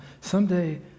Someday